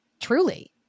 truly